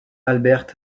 albert